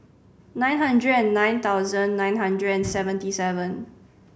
nine hundred and nine thousand nine hundred and seventy seven